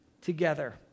together